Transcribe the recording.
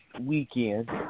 weekend